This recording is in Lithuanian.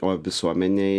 o visuomenei